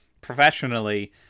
professionally